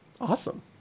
Awesome